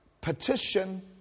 petition